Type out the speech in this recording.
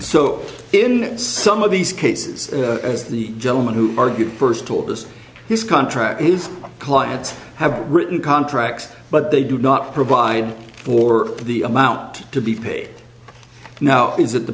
so in some of these cases as the gentleman who argued first told us his contract his clients have written contracts but they do not provide for the amount to be paid now is that the